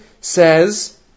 says